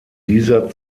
dieser